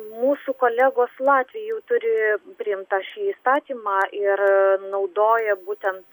mūsų kolegos latviai jau turi priimtą šį įstatymą ir naudoja būtent